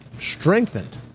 strengthened